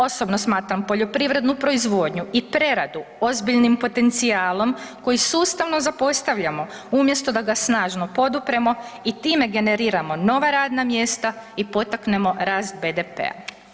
Osobno smatram poljoprivrednu proizvodnju i preradu ozbiljnim potencijalom koji sustavno zapostavljamo umjesto da ga snažno podupremo i time generiramo nova radna mjesta i potaknemo rast BDP-a.